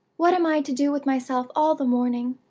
what am i to do with myself all the morning?